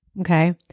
okay